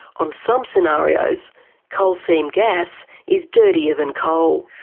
on some scenarios coal seam gas is dirtier than coal.